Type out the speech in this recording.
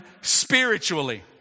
spiritually